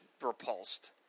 repulsed